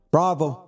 Bravo